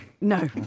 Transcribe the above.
No